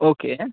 okay